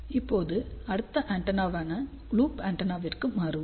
இப்போது அடுத்த ஆண்டெனாவான லூப் ஆண்டெனாவிற்கு மாறுவோம்